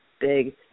big